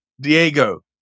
Diego